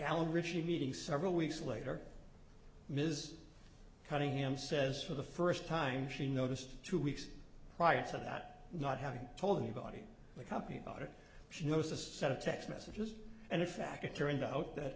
ritchie meeting several weeks later ms cunningham says for the first time she noticed two weeks prior to that not having told anybody but happy about it she noticed a set of text messages and in fact it turned out that